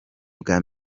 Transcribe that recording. bwa